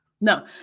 No